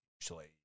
usually